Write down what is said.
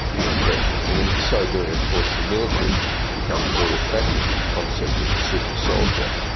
in effect, and in so doing of course the military becomes very attracted to the concept of the super-soldier,